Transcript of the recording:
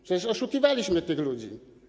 Przecież oszukiwaliśmy tych ludzi.